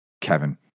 Kevin